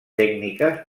tècniques